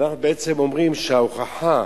אנחנו בעצם אומרים שההוכחה